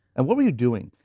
and what were you doing?